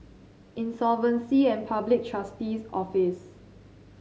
Insolvency and Public Trustee's Office